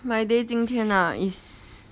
my day 今天 ah is